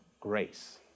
grace